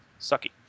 sucky